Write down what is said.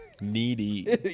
Needy